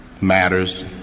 matters